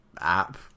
app